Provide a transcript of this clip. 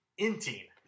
inting